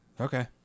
Okay